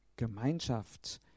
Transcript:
Gemeinschaft